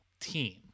team